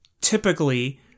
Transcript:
typically